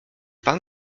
pan